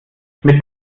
mit